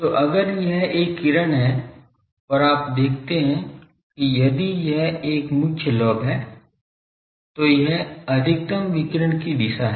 तो अगर यह एक किरण है और आप देखते हैं कि यदि यह एक मुख्य लोब है तो यह अधिकतम विकिरण की दिशा है